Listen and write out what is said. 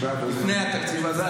יש לי בעיה באוזן ימין.